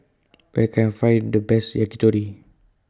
Where Can I Find The Best Yakitori